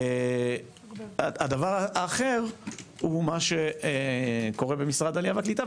הדבר האחר הוא מה שקורה במשרד העלייה והקליטה,